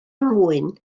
mwyn